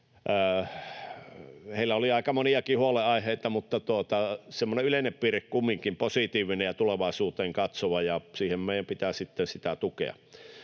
Heillä oli aika moniakin huolenaiheita, mutta semmoinen yleinen piirre oli kumminkin positiivinen ja tulevaisuuteen katsova, ja sitä meidän pitää tukea.